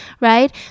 right